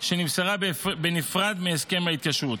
שנמסרה בנפרד מהסכם ההתקשרות.